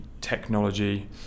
technology